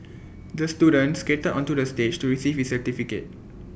the student skated onto the stage to receive his certificate